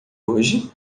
hoje